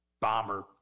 bomber